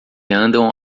andam